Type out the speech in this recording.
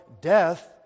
death